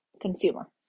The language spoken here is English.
consumer